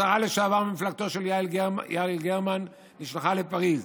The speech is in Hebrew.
השרה לשעבר ממפלגתו, יעל גרמן, נשלחה לפריז,